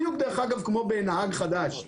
בדיוק כמו בנהג חדש,